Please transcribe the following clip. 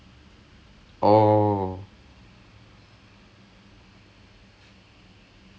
அந்த:antha பண்ணும் இல்லையா:pannum illaiyaa லே வந்து:le vanthu we the computer science personnel we need to take